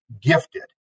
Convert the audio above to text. gifted